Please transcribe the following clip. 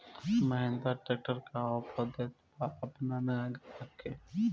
Mahindra tractor का offer देत बा अपना नया ग्राहक के?